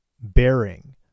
bearing